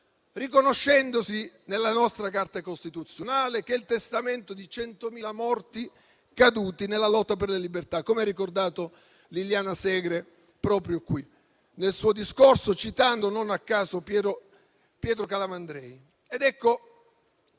riconoscendosi nella nostra Carta costituzionale, che è il testamento di 100.000 morti caduti nella lotta per le libertà, come ha ricordato Liliana Segre proprio in questa sede nel suo discorso, citando non a caso Piero Calamandrei.